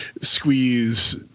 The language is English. squeeze